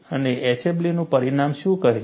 અને એશેલબીનું પરિણામ શું કહે છે